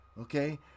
okay